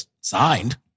signed